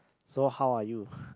so how are you